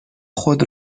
خود